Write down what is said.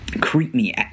creepy